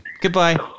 goodbye